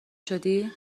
شدی